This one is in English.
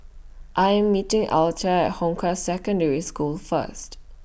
I Am meeting Alta At Hong Kah Secondary School First